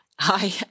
Hi